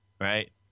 right